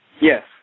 Yes